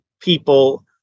people